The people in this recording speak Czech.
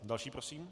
Další prosím.